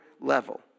level